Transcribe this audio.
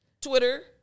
Twitter